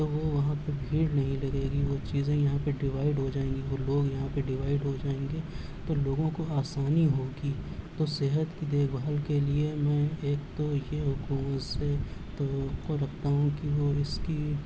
تو وہ وہاں پہ بھیڑ نہیں لگے گی وہ چیزیں یہاں پہ ڈوائیڈ ہو جائیں گی وہ لوگ یہاں پہ ڈوائیڈ ہو جائیں گے تو لوگوں کو آسانی ہوگی تو صحت کی دیکھ بھال کے لیے میں ایک تو یہ حکومت سے توقع رکھتا ہوں کہ وہ اس کی